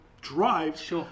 drives